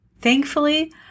Thankfully